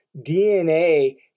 DNA